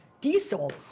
Diesel